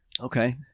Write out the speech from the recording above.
Okay